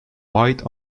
white